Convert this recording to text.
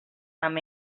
amb